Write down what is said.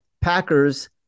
Packers